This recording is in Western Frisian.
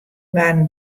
waarden